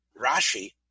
Rashi